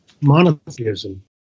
monotheism